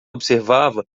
observava